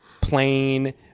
plain